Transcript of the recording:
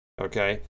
Okay